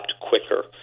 quicker